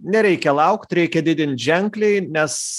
nereikia laukt reikia didint ženkliai nes